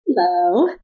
Hello